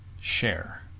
share